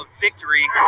victory